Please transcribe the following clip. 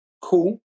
cool